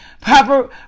Proper